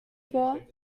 vor